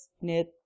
knit